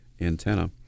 antenna